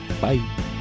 Bye